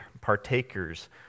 partakers